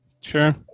Sure